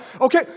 Okay